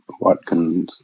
Watkins